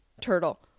Turtle